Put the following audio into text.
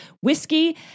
whiskey